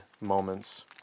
moments